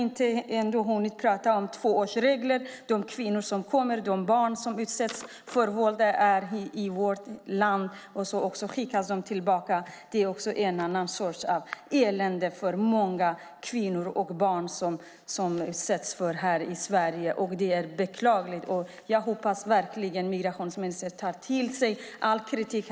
Vi har ändå inte hunnit prata om tvåårsregler, om de kvinnor som kommer och de barn som utsätts för våld i vårt land och sedan skickas tillbaka. Det är en annan sorts elände för många kvinnor och barn som utsätts för detta här i Sverige. Det är beklagligt. Jag hoppas verkligen att migrationsministern tar till sig all kritik.